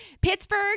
Pittsburgh